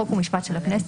חוק ומשפט של הכנסת,